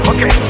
Okay